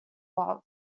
love